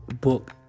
book